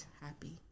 happy